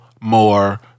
more